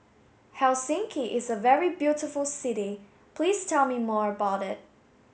Helsinki is a very beautiful city Please tell me more about it